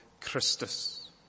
Christus